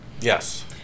Yes